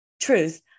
truth